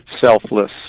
selfless